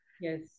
Yes